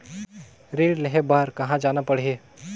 ऋण लेहे बार कहा जाना पड़ही?